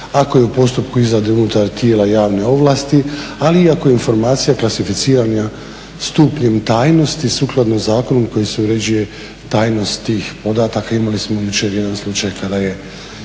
ako je u postupku izrade unutar tijela javne ovlasti ali i ako je informacija klasificirana stupnjem tajnosti sukladno zakonu kojim se uređuje tajnost tih podataka. Imali smo jučer jedan slučaj kada je